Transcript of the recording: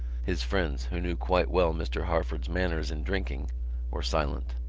his friends, who knew quite well mr. harford's manners in drinking were silent.